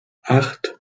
acht